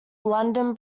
london